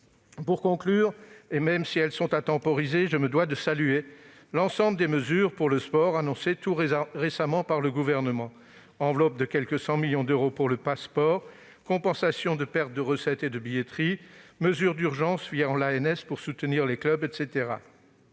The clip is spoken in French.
Pour conclure, même si elles sont différées, je veux saluer l'ensemble des mesures pour le sport annoncées tout récemment par le Gouvernement : enveloppe de quelque 100 millions d'euros pour le Pass'Sport, compensation des pertes de recettes et de billetterie, mesures d'urgence l'ANS pour soutenir les clubs, etc.